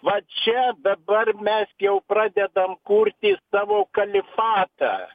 va čia dabar mes jau pradedam kurti savo kalifatą